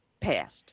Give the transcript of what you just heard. passed